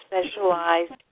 specialized